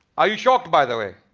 are you shocked by the way?